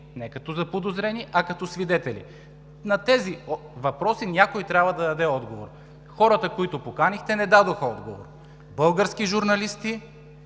не като заподозрени, а като свидетели. На тези въпроси някой трябва да даде отговор. Хората, които поканихте, не дадоха отговор. Български журналисти,